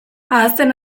ahazten